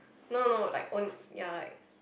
no no no like own ya like